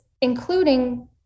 including